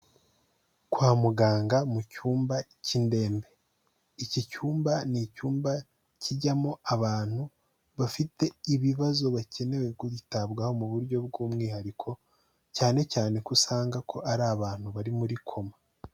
Kwa muganga mu cyumba cy'indembe. Iki cyumba ni icyumba kijyamo abantu bafite ibibazo bakeneye kwitabwaho mu buryo bw'umwihariko cyane cyane ko usanga ko ari abantu bari muri koma.